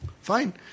fine